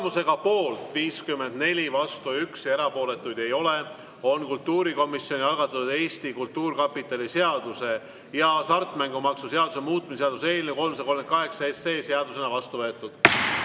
Tulemusega poolt 54, vastu 1, erapooletuid ei ole, on kultuurikomisjoni algatatud Eesti Kultuurkapitali seaduse ja hasartmängumaksu seaduse muutmise seaduse eelnõu 338 seadusena vastu võetud.